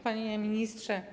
Panie Ministrze!